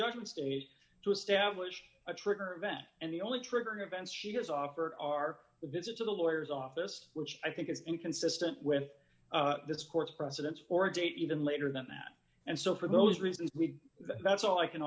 judgment stage to establish a trigger event and the only triggering events she has offered are the visit to the lawyers office which i think is inconsistent with this court's precedents for a date even later than that and so for those reasons that's all i can